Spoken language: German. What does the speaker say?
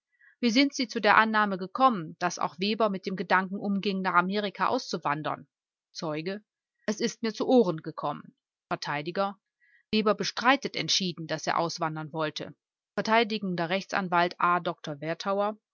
wie sind sie zu der annahme gekommen daß auch weber mit dem gedanken umging nach amerika auszuwandern zeuge es ist mir zu ohren gekommen vert weber bestreitet entschieden daß er auswandern wollte vert r a dr